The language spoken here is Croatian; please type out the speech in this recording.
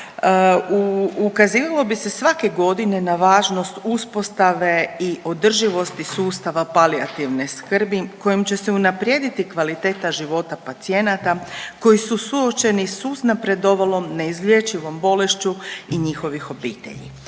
ukazivalo bi se svake godine na važnost uspostave i održivosti sustava palijativne skrbi kojom će se unaprijediti kvaliteta života pacijenata koji su suočeni s uznapredovalom neizlječivom bolešću i njihovim obiteljima.